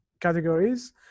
categories